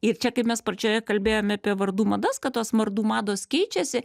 ir čia kaip mes padžioje kalbėjome apie vardų madas kad tos mardų mados keičiasi